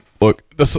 look